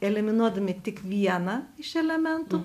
eliminuodami tik vieną iš elementų